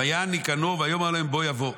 ויען ניקנור ויאמר להם: בוא יבוא.